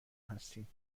هستیم